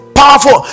powerful